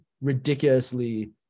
ridiculously